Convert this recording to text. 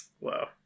Wow